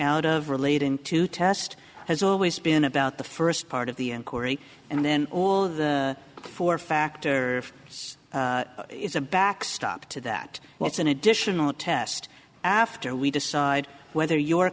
out of relating to test has always been about the first part of the inquiry and then all of the four factor is a backstop to that what's an additional test after we decide whether your